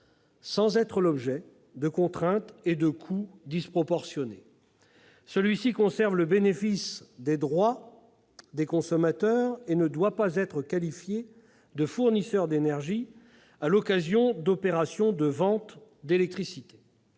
sans être l'objet de contraintes et de coûts disproportionnés. Cet autoconsommateur conserve le bénéfice des droits des consommateurs et ne doit pas être qualifié de fournisseur d'énergie à l'occasion d'opérations de vente d'électricité.